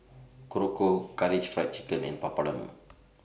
Korokke Karaage Fried Chicken and Papadum